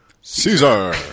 Caesar